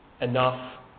enough